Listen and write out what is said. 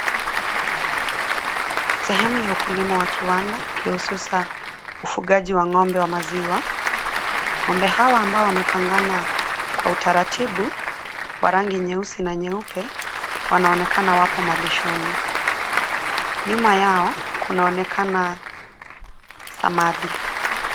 Sehemu ya ukulima wa kiwanda kihususa ufugaji wa ng'ombe wa maziwa. Ng'ombe hawa ambao wamepangana kwa utaratibu wa rangi nyeusi na nyeupe wanaonekana wapo malishoni. Nyuma yao kunaonekana samadi.